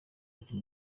ati